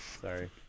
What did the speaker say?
Sorry